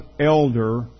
elder